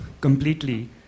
completely